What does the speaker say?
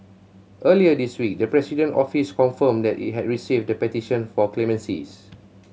earlier this week the President Office confirmed that it had received the petition for clemency